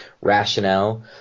rationale